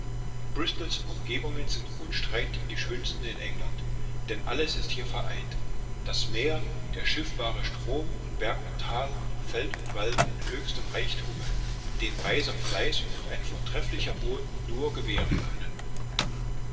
bristols umgebungen sind unstreitig die schönsten in england denn alles ist hier vereint das meer der schiffbare strom und berg und tal feld und wald in höchstem reichtume den weiser fleiß und ein vortrefflicher boden nur gewähren können